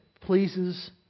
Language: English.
pleases